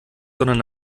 sondern